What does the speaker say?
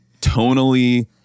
tonally